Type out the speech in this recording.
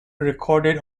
recorded